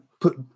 put